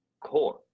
core